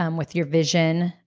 um with your vision,